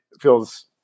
feels